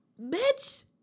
bitch